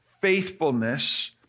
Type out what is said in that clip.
faithfulness